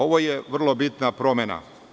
Ovo je vrlo bitna promena.